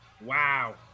Wow